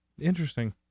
Interesting